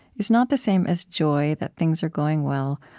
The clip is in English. is not the same as joy that things are going well,